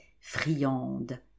friande